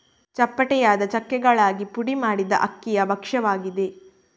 ಚಪ್ಪಟೆಯಾದ ಚಕ್ಕೆಗಳಾಗಿ ಪುಡಿ ಮಾಡಿದ ಅಕ್ಕಿಯ ಭಕ್ಷ್ಯವಾಗಿದೆ